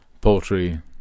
poultry